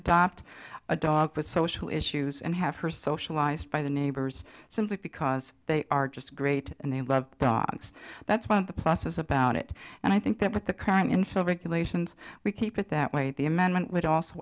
adopt a dog with social issues and have her socialized by the neighbors simply because they are just great and they love dogs that's one of the pluses about it and i think that with the current info regulations we keep it that way the amendment would also